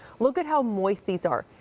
look at how moist these are.